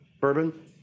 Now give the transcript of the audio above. bourbon